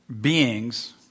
beings